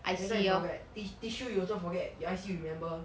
every time you forget tis~ tissue you also forget your I_C you remember